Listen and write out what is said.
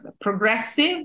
progressive